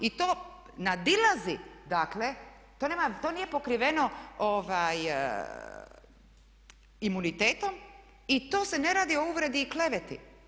I to nadilazi dakle, to nije pokriveno imunitetom i to se ne radi o uvredi i kleveti.